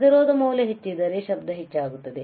ಪ್ರತಿರೋಧ ಮೌಲ್ಯವು ಹೆಚ್ಚಿದ್ದರೆ ಶಬ್ದ ಹೆಚ್ಚಾಗುತ್ತದೆ